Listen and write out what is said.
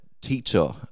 Teacher